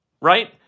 right